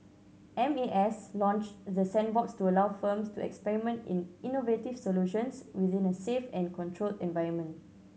M A S launched the sandbox to allow firms to experiment in innovative solutions within a safe and controlled environment